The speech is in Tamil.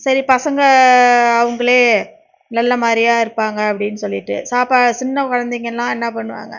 சரி பசங்க அவங்களே நல்ல மாதிரியா இருப்பாங்க அப்படின்னு சொல்லிட்டு சாப்பா சின்ன குழந்தைங்கல்லாம் என்ன பண்ணுவாங்க